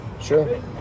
Sure